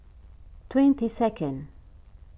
twenty second